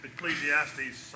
Ecclesiastes